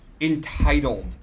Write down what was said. entitled